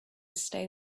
stay